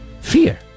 Fear